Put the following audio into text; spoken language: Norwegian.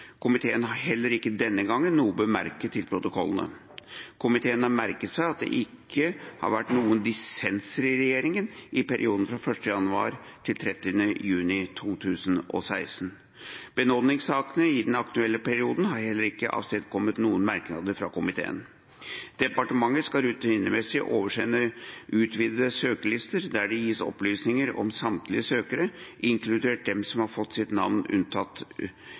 Komiteen har heller ikke denne gangen noe å bemerke til protokollene. Komiteen har merket seg at det ikke har vært noen dissenser i regjeringen i perioden 1. januar til 30. juni 2016. Benådningssakene i den aktuelle perioden har heller ikke avstedkommet noen merknader fra komiteen. Departementene skal rutinemessig oversende utvidede søkerlister, der det gis opplysninger om samtlige søkere, inkludert dem som har fått sitt navn unntatt